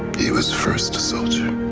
he was first a soldier.